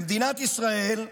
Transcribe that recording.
במדינת ישראל,